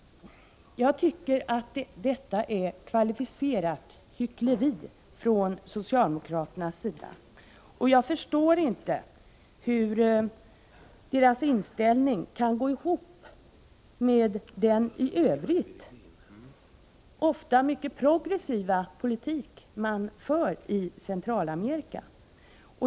Jag tycker att detta är kvalificerat hyckleri från socialdemokraternas sida. Jag förstår inte hur deras inställning kan gå ihop med den i övrigt ofta mycket progressiva politik man för när det gäller Centralamerika.